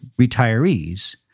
retirees